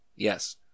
Yes